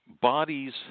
bodies